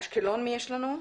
מאשקלון?